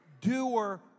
doer